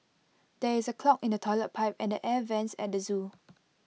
there is A clog in the Toilet Pipe and air Vents at the Zoo